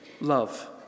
love